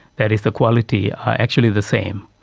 that is the quality, are actually the same.